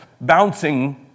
bouncing